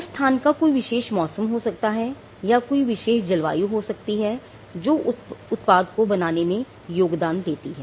उस स्थान का कोई विशेष मौसम हो सकता है या कोई विशेष जलवायु हो सकती है जो उस उत्पाद को बनाने में योगदान देती हैं